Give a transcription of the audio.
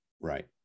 right